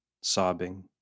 sobbing